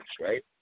right